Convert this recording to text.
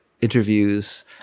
interviews